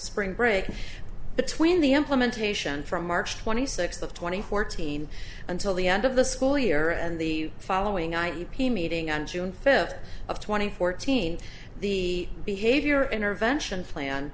spring break between the implementation from march twenty sixth of twenty fourteen until the end of the school year and the following i e p meeting on june fifth of twenty fourteen the behavior intervention flan